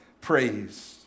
praise